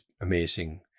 amazing